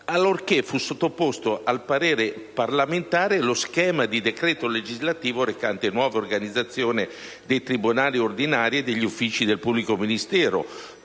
allorché fu sottoposto al parere del Parlamento lo schema di decreto legislativo recante «Nuova organizzazione dei tribunali ordinari e degli uffici del pubblico ministero».